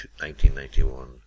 1991